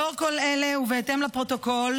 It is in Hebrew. לאור כל אלה ובהתאם לפרוטוקול,